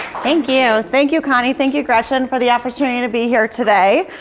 thank you. thank you, connie. thank you, gretchen, for the opportunity to be here today.